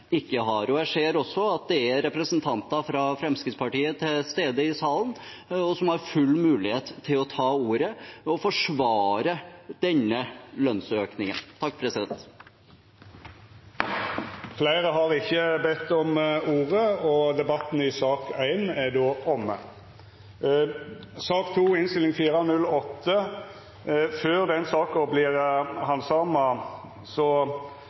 ikke har. Jeg ser også at det er representanter fra Fremskrittspartiet til stede i salen, og som har full mulighet til å ta ordet og forsvare denne lønnsøkningen. Fleire har ikkje bedt om ordet til sak nr. 1. Presidenten vil opplyse om at den neste saka som ligg til handsaming, ikkje har lege ute den reglemtentsbestemte tida, dvs. 48 timar. Med heimel i